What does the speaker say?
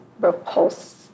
repulse